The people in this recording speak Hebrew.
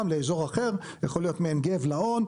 לאזור אחר יכול להיות מעין גב לאון,